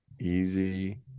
easy